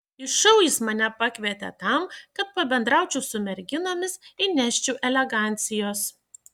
į šou jis mane pakvietė tam kad pabendraučiau su merginomis įneščiau elegancijos